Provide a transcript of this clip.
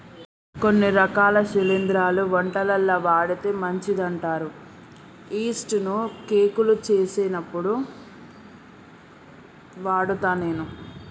కొన్ని రకాల శిలింద్రాలు వంటలల్ల వాడితే మంచిదంటారు యిస్టు ను కేకులు చేసేప్పుడు వాడుత నేను